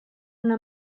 una